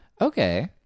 Okay